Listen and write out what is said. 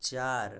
चार